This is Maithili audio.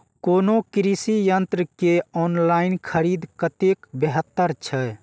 कोनो कृषि यंत्र के ऑनलाइन खरीद कतेक बेहतर छै?